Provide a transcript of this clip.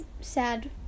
sad